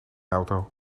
auto